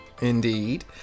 Indeed